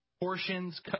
Portions